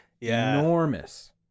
enormous